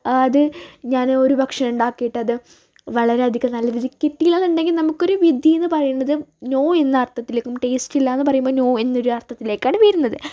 അത് ഞാനൊരുപക്ഷേ ഉണ്ടാക്കിയിട്ടത് വളരെയധികം നല്ല രീതിയിൽ കിട്ടിയില്ലാന്നുണ്ടെങ്കിൽ നമുക്കൊരു വിധീന്നു പറയുന്നത് നോ എന്ന അർത്ഥത്തിലേക്കും ടേസ്റ്റില്ലാന്ന് പറയുമ്പം നോ എന്നൊരർത്ഥത്തിലേക്കാണ് വരുന്നത്